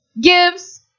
gives